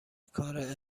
کار